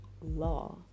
law